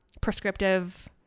prescriptive